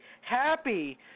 happy